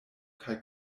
kaj